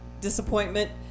disappointment